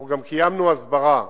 אנחנו גם קיימנו הסברה.